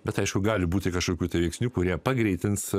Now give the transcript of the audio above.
bet aišku gali būti kažkokių veiksnių kurie pagreitins